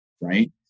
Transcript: right